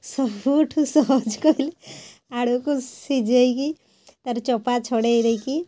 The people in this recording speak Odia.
ସବୁଠୁ ସହଜ କହିଲେ ଆଳୁକୁ ସିଝାଇକି ତାର ଚୋପା ଛଡ଼େଇ ଦେଇକି